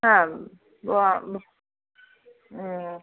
ஆம் ம் ம்